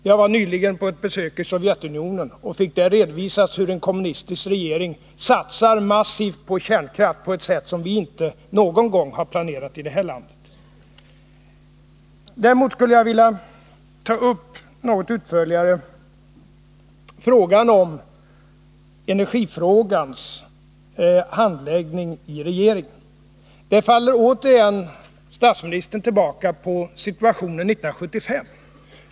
Jag var nyligen på ett besök i Sovjetunionen och fick Om energipolitidär redovisat hur en kommunistisk regering satsar massivt på kärnkraft på ett ken sätt som vi inte någon gång har planerat i det här landet. Jag skulle något utförligare vilja ta upp energifrågans handläggning i regeringen. Där faller statsministern återigen tillbaka på situationen 1975.